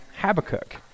Habakkuk